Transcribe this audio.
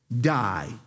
Die